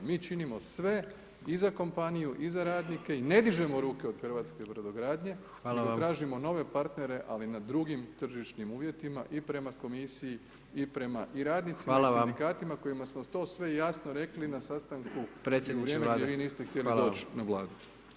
Mi činimo sve i za kompaniju i radnike i ne dižemo ruke od hrvatske brodogradnje nego tražimo nove partnere ali na drugim tržišnim uvjetima i prema komisiji i prema i radnicima i sindikatima kojima smo to sve jasno rekli na sastanku [[Upadica predsjednik: Predsjedniče Vlade, hvala vam.]] i u vrijeme gdje vi niste htjeli doći na Vladu.